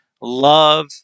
love